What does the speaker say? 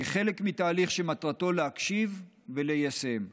כחלק מתהליך שמטרתו להקשיב וליישם.